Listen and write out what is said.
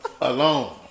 Alone